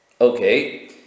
Okay